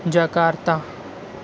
Jakarta